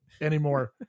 anymore